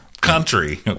country